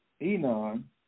Enon